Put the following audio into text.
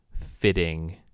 fitting